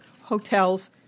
hotels